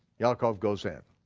yaakov goes in.